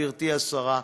גברתי השרה,